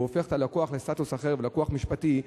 והופך את הלקוח לבעל סטטוס אחר וללקוח משפטי,